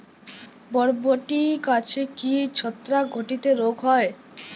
বরবটি গাছে কি ছত্রাক ঘটিত রোগ হয়?